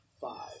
five